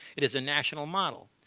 it is a national model.